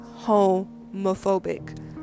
homophobic